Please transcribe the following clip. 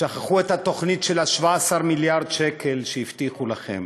שכחו את התוכנית של 17 מיליארד שקלים שהבטיחו לכם,